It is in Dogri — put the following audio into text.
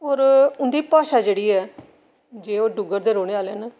और उं'दी भाशा जेह्ड़ी ऐ की जे ओह् डुग्गर दे रौह्ने आह्ले न